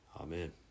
Amen